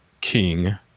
king